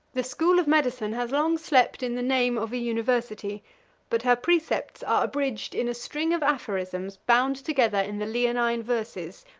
the school of medicine has long slept in the name of a university but her precepts are abridged in a string of aphorisms, bound together in the leonine verses,